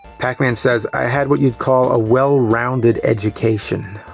pac-man says i had what you'd call a well-rounded education.